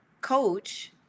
coach